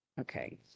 okay